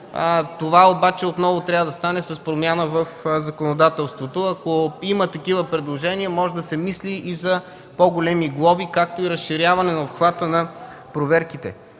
Това отново трябва да стане с промяна в законодателството. Ако има такива предложения, може да се мисли и за по-големи глоби, както и разширяване обхвата на проверките.